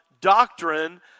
doctrine